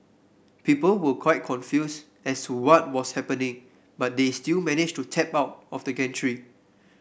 people were quite confused as to what was happening but they still managed to tap out of the gantry